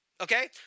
okay